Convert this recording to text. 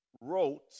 wrote